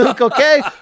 okay